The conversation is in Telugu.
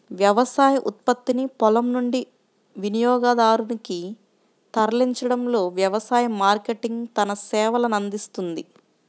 వ్యవసాయ ఉత్పత్తిని పొలం నుండి వినియోగదారునికి తరలించడంలో వ్యవసాయ మార్కెటింగ్ తన సేవలనందిస్తుంది